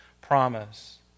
promise